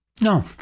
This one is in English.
no